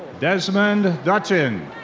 desmond dutchin.